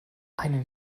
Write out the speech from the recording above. einen